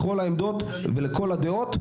לכל העמדות ולכל הדעות,